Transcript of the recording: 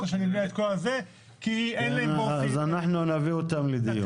אז אנחנו נביא אותם לדיון.